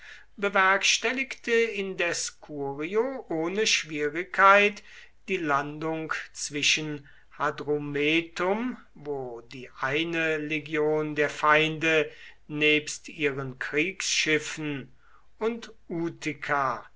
bewerkstelligte indes curio ohne schwierigkeit die landung zwischen hadrumetum wo die eine legion der feinde nebst ihren kriegsschiffen und utica